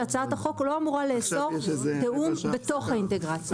שהצעת החוק לא אמורה לאסור תיאום בתוך האינטגרציה.